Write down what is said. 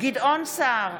גדעון סער,